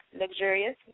Luxurious